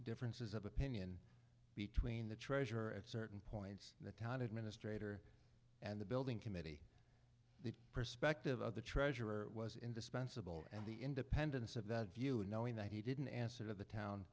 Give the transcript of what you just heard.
differences of opinion between the treasurer at certain points in the town administrator and the building committee the perspective of the treasurer was indispensable and the independence of that view and knowing that he didn't answer the town